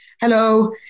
hello